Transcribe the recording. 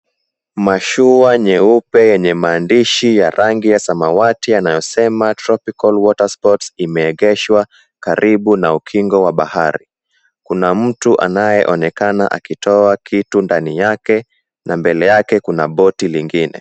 Mashua nyeupe yenye maandishi ya rangi ya samawati yanayosema "Tropical Water Sports" imeegeshwa karibu na ukingo wa bahari. Kuna mtu anayeonekana akitoa kitu ndani yake na mbele yake kuna boti lingine.